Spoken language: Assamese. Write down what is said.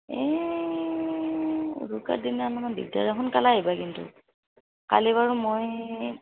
এই উৰুকাৰ দিনা অলপমান দিগদাৰে সোনকালে আহিবা কিন্তু কালি বাৰু মই